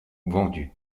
vendues